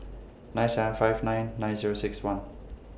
nine seven five nine nine Zero six one